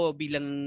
bilang